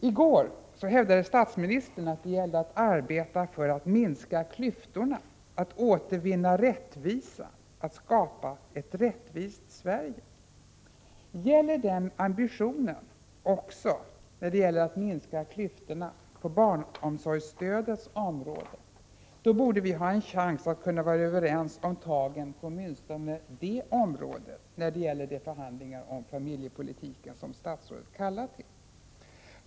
I går hävdade statsministern att det gällde att arbeta för att minska klyftorna, att återvinna rättvisa, att skapa ett rättvist Sverige. Gäller den ambitionen också då det är fråga om att minska klyftorna på barnomsorgsstödets område? I så fall borde vi ha en chans att vara överens om tagen på åtminstone det området i de förhandlingar om familjepolitiken som statsrådet har kallat till.